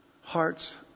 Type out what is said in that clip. hearts